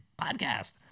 podcast